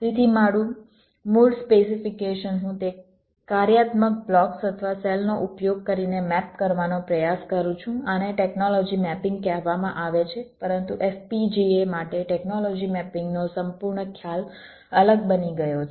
તેથી મારું મૂળ સ્પેસિફીકેશન હું તે કાર્યાત્મક બ્લોક્સ અથવા સેલનો ઉપયોગ કરીને મેપ કરવાનો પ્રયાસ કરું છું આને ટેકનોલોજી મેપિંગ કહેવામાં આવે છે પરંતુ FPGA માટે ટેકનોલોજી મેપિંગનો સંપૂર્ણ ખ્યાલ અલગ બની ગયો છે